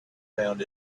found